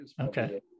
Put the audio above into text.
okay